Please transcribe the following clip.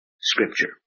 Scripture